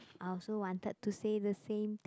I also wanted to say the same thing